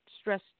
stress